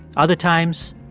other times,